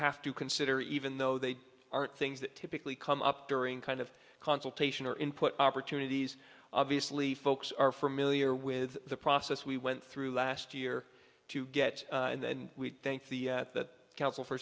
have to consider even though they aren't things that typically come up during kind of consultation or input opportunities obviously folks are familiar with the process we went through last year to get and then we thank the council for